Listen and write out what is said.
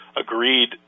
agreed